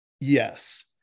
Yes